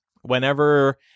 whenever